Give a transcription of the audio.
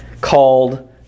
called